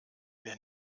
wer